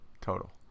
total